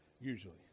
usually